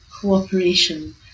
cooperation